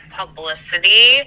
publicity